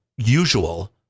usual